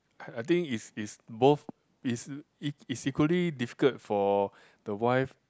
I I think is is both is is equally difficult for the wife